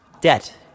Debt